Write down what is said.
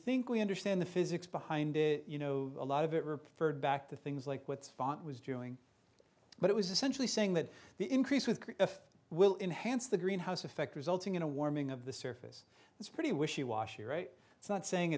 think we understand the physics behind it you know a lot of it referred back to things like what font was doing but it was essentially saying that the increase was if you will enhanced the greenhouse effect resulting in a warming of the surface that's pretty wishy washy right it's not saying